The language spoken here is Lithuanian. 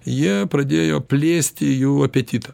jie pradėjo plėsti jų apetitą